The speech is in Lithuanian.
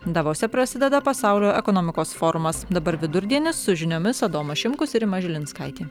davose prasideda pasaulio ekonomikos forumas dabar vidurdienis su žiniomis adomas šimkus rima žilinskaitė